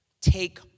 Take